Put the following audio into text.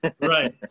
Right